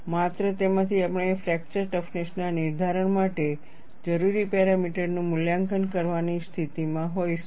માત્ર તેમાંથી આપણે ફ્રેક્ચર ટફનેસ ના નિર્ધારણ માટે જરૂરી પેરામીટરનું મૂલ્યાંકન કરવાની સ્થિતિમાં હોઈશું